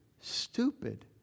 stupid